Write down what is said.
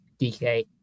DK